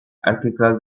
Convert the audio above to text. erkekler